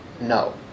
No